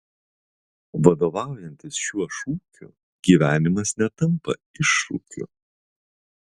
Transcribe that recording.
vadovaujantis šiuo šūkiu gyvenimas netampa iššūkiu